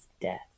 death